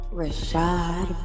Rashad